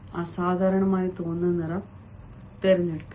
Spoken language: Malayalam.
അസാധാരണമായി തോന്നുന്ന നിറം ധരിക്കരുത്